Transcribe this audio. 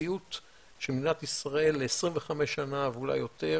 מציאות שמדינת ישראל ל- 25 שנה ו ואולי יותר,